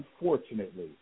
unfortunately